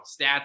stats